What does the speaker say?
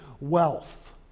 wealth